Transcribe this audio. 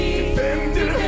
defender